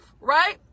right